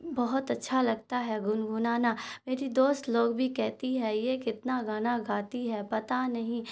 بہت اچھا لگتا ہے گنگنانا میری دوست لوگ بھی کہتی ہے یہ کتنا گانا گاتی ہے پتہ نہیں